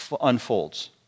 unfolds